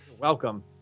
Welcome